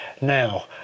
Now